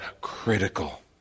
critical